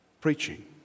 preaching